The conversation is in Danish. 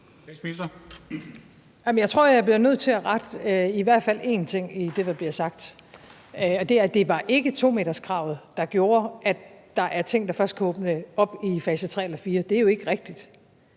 Jeg tror, jeg bliver nødt til at rette i hvert fald én ting i det, der bliver sagt, og det er, at det ikke var 2-meterskravet, der gjorde, at der er ting, der først kan åbne op i fase tre eller fire. Det er jo ikke rigtigt.